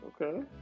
Okay